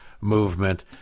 movement